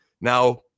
Now